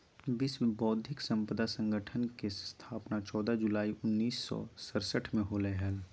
विश्व बौद्धिक संपदा संगठन के स्थापना चौदह जुलाई उननिस सो सरसठ में होलय हइ